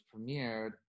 premiered